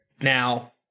Now